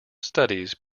studies